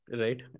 right